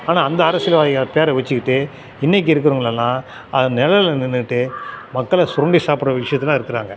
ஆனால் அந்த அரசியல்வாதிகள் பேரை வெச்சுக்கிட்டு இன்றைக்கி இருக்கிறவங்களெல்லாம் அது நெழல்ல நின்றுட்டு மக்களை சுரண்டி சாப்பிட்ற விஷயத்துல இருக்கிறாங்க